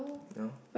no